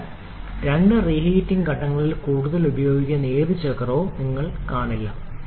അതിനാൽ രണ്ട് റീഹീറ്റ് ഘട്ടങ്ങളിൽ കൂടുതൽ ഉപയോഗിക്കുന്ന ഏത് ചക്രവും നിങ്ങൾ കാണില്ല